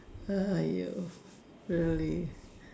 !aiyo! really